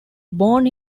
born